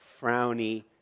frowny